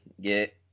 get